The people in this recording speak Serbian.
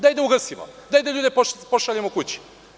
Daj da ugasimo, daj da ljude pošaljemo kući.